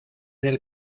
del